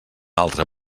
altre